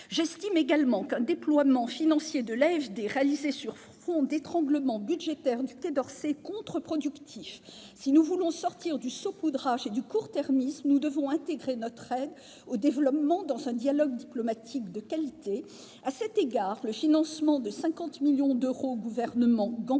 J'estime également qu'un déploiement financier de l'AFD réalisé sur fond d'étranglement budgétaire du Quai d'Orsay est contre-productif. Si nous voulons sortir du saupoudrage et du court-termisme, nous devons intégrer notre aide au développement dans un dialogue diplomatique de qualité. À cet égard, le financement de 50 millions d'euros au gouvernement gambien,